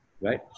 right